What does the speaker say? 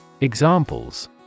Examples